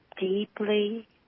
deeply